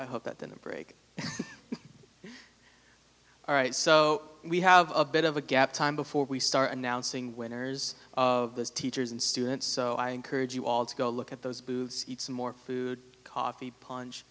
yet hope that then the brick all right so we have a bit of a gap time before we start announcing winners of the teachers and students so i encourage you all to go look at those boots eat some more food coffee punch